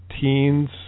teens